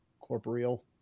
corporeal